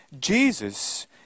Jesus